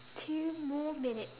two more minute